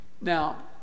Now